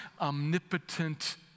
omnipotent